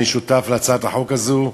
אני שותף להצעת החוק הזאת,